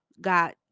got